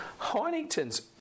Heinington's